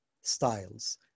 styles